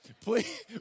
Please